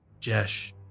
Jesh